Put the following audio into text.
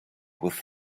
with